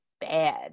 bad